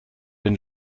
den